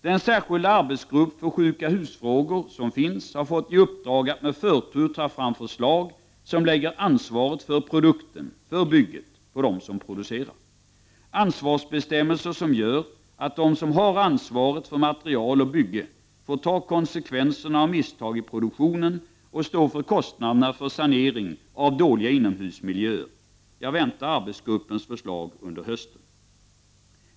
Den särskilda arbetsgruppen för sjukahus-frågor har fått i uppdrag att med förtur ta fram förslag som lägger ansvaret för produkten, bygget, på dem som producerar — ansvarsbestämmelser som gör att de som har ansvaret för material och bygge får ta konsekvenserna av misstag i produktionen och stå för kostnaderna för sanering av dåliga inomhusmiljöer. Jag väntar arbetsgruppens förslag under hösten.